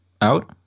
out